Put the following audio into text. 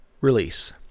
release